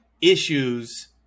issues